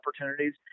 opportunities